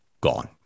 gone